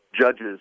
judges